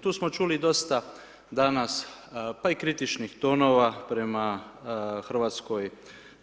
Tu smo čuli dosta danas pa i kritičnih tonova prema hrvatskoj